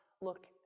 look